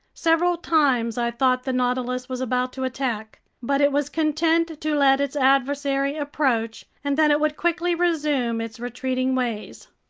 several times i thought the nautilus was about to attack. but it was content to let its adversary approach, and then it would quickly resume its retreating ways.